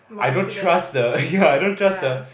I don't trust the ya I don't trust the